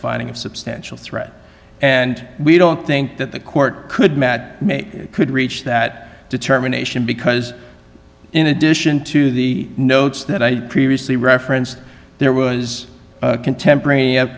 finding of substantial threat and we don't think that the court could matt mate could reach that determination because in addition to the notes that i had previously referenced there was contempora